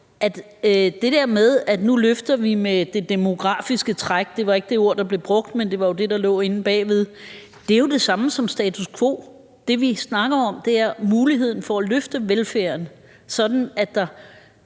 det der med, at nu løfter vi med det demografiske træk – det var ikke det ord, der blev brugt, men det var jo det, der lå inde bagved – jo er det samme som status quo. Det, vi snakker om, er muligheden for at løfte velfærden, sådan at der